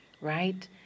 Right